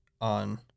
on